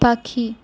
পাখি